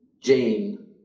Jane